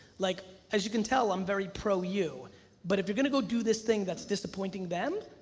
like as you can tell, i'm very pro you but if you're gonna go do this thing that's disappointing them,